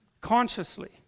Consciously